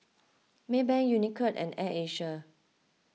Maybank Unicurd and Air Asia